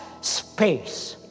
space